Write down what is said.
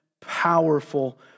powerful